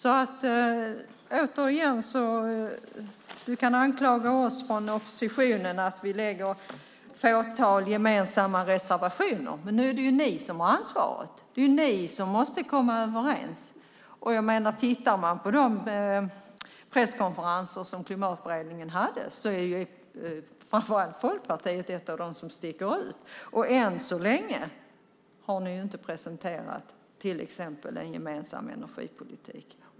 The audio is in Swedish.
Återigen: Du kan anklaga oss från oppositionen för att vi lämnar få gemensamma reservationer, men nu är det ni som har ansvaret. Det är ni som måste komma överens. Vid de presskonferenser som Klimatberedningen haft har framför allt Folkpartiet hört till dem som stuckit ut. Och än så länge har ni inte presenterat någon gemensam energipolitik.